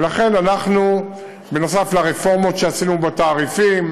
ולכן אנחנו, נוסף על הרפורמות שעשינו בתעריפים,